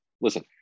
listen